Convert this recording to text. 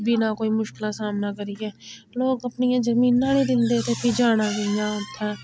बिना कोई मुश्कलां दा सामना करियै लोग अपनियां जमीनां नी दिंदे ते फ्ही जाना कि'यां उत्थें